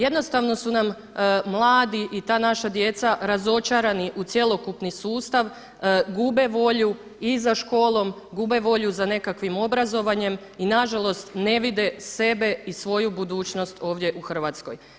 Jednostavno su nam mladi i ta naša djeca razočarani u cjelokupni sustav, gube volju i za školom, gube volju za nekakvim obrazovanjem i na žalost ne vide sebe i svoju budućnost ovdje u Hrvatskoj.